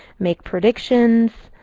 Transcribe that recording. make predictions.